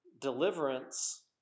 deliverance